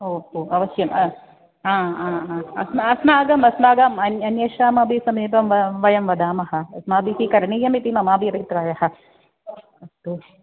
ओ हो अवश्यम् आ अ अ अस्माकम् अस्माकम् अन्य अन्येषामपि समीपं व वयं वदामः अस्माभिः करणीयमिति मम अपि अभिप्रायः अस्तु